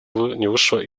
вышло